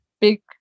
big